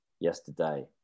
yesterday